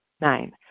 Nine